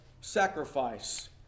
sacrifice